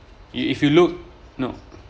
if if you look no